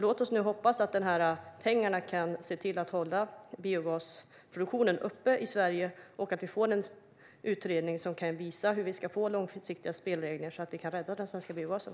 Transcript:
Låt oss nu hoppas att de här pengarna kan se till att hålla biogasproduktionen uppe i Sverige och att vi får en utredning som kan visa hur vi ska få långsiktiga spelregler så att vi kan rädda den svenska biogasen.